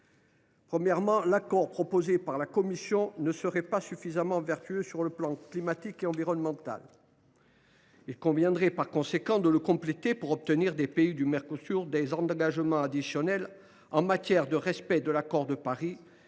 Premier argument, l’accord proposé par la Commission européenne ne serait pas suffisamment vertueux dans les domaines climatique et environnemental. Il conviendrait par conséquent de le compléter pour obtenir des pays du Mercosur des engagements additionnels en matière de respect de l’accord de Paris